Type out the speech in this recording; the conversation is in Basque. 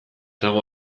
dago